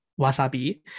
Wasabi